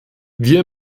wir